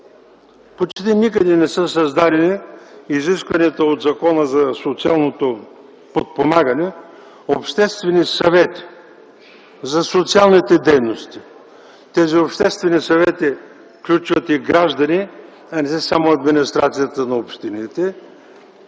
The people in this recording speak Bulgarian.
Почти никъде не са създадени изискваните от Закона за социално подпомагане обществени съвети за социални дейности. Тези обществени съвети включват и граждани, не само администрацията на общините.